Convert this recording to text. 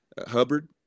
hubbard